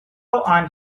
and